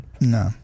No